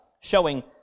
showing